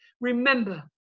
remember